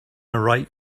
write